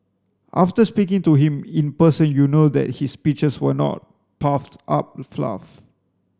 after speaking to him in person you know that his speeches were not puffed up fluff